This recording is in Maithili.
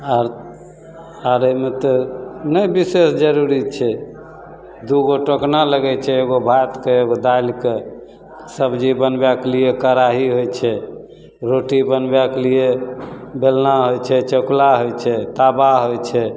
आओर आओरो एहिमे तऽ नहि विशेष जरूरी छै दुइगो टोकना लगै छै एगो भातके एगो दालिके सबजी बनबैके लिए कड़ाही होइ छै रोटी बनबैके लिए बेलना होइ छै चकला होइ छै तावा होइ छै